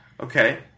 Okay